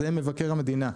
זה מבקר המדינה.